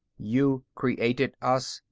you created us,